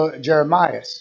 Jeremiah